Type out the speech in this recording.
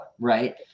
right